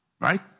Right